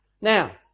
Now